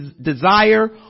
desire